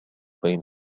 بين